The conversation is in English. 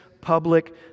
public